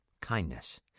kindness